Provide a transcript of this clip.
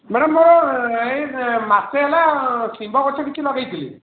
madam ମୋର ଏଇ ମାସେ ହେଲା ସିମ୍ବ ଗଛ କିଛି ଲଗେଇଥିଲି